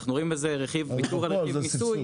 אנחנו רואים בזה רכיב ויתור על רכיב מיסוי